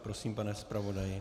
Prosím, pane zpravodaji.